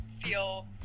feel